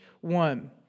one